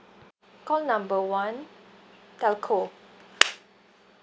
call number one telco